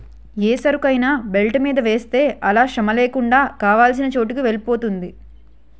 ఏ సరుకైనా బెల్ట్ మీద వేస్తే అలా శ్రమలేకుండా కావాల్సిన చోటుకి వెలిపోతుంది